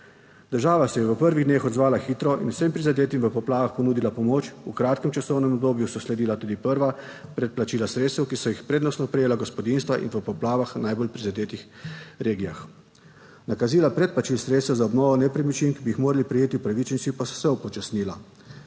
Država se je v prvih dneh odzvala hitro in vsem prizadetim v poplavah ponudila pomoč. V kratkem časovnem obdobju so sledila tudi prva predplačila sredstev, ki so jih prednostno prejela gospodinjstva in v poplavah v najbolj prizadetih regijah. Nakazila predplačil sredstev za obnovo nepremičnin, ki bi jih morali prejeti upravičenci, pa so se upočasnila.